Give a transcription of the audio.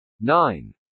Nine